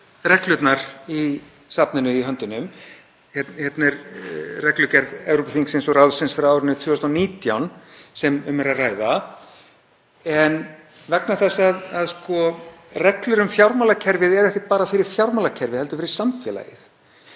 reglurnar í safninu í höndunum, hér er um að ræða reglugerð Evrópuþingsins og ráðsins frá árinu 2019. En vegna þess að reglur um fjármálakerfið eru ekkert bara fyrir fjármálakerfið heldur fyrir samfélagið